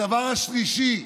הדבר השלישי,